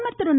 பிரதமர் திரு